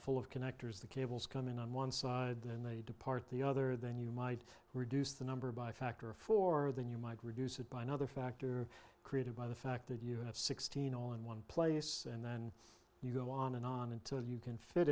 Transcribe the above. full of connectors the cables come in on one side then they depart the other then you might reduce the number by a factor of four then you might reduce it by another factor created by the fact that you have sixteen all in one place and then you go on and on until you can fit